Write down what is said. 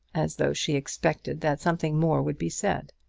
as though she expected that something more would be said.